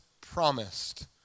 promised